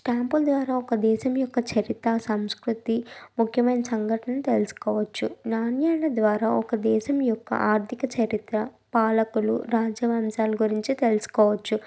స్టాంపుల ద్వారా ఒక దేశం యొక్క చరిత్ర సంస్కృతి ముఖ్యమైన సంఘటనలను తెలుసుకోవచ్చు నాణాల ద్వారా ఒక దేశం యొక్క ఆర్థిక చరిత్ర పాలకులు రాజవంశాల గురించి తెలుసుకోవచ్చు